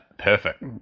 Perfect